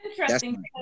Interesting